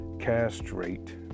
castrate